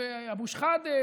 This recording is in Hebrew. ואבו שחאדה